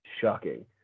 Shocking